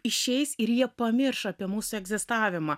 išeis ir jie pamirš apie mūsų egzistavimą